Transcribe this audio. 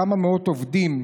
כמה מאות עובדים,